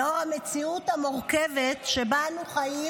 לאור המציאות המורכבת שבה אנו חיים